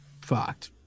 fucked